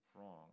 wrong